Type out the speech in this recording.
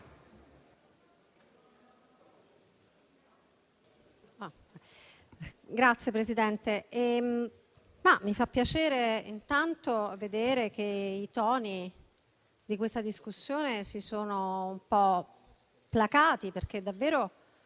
Signor Presidente, mi fa piacere, intanto, vedere che i toni di questa discussione si sono un po' placati, perché davvero